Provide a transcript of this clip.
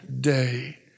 day